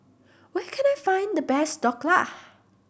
where can I find the best Dhokla